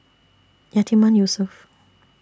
Yatiman Yusof